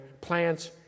plants